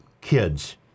kids